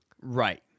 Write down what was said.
Right